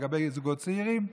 לגבי זוגות צעירים.